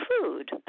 food